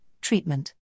treatment